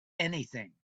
anything